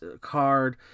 card